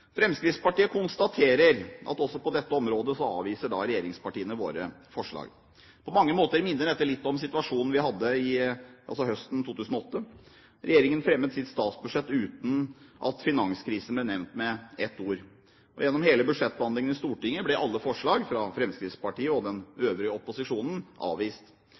Fremskrittspartiet konstaterer at også på dette området avviser regjeringspartiene våre forslag. På mange måter minner dette litt om situasjonen vi hadde høsten 2008. Regjeringen fremmet sitt statsbudsjett uten at finanskrisen ble nevnt med ett ord. Gjennom hele budsjettbehandlingen i Stortinget ble alle forslag fra Fremskrittspartiet og den øvrige opposisjonen